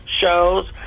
shows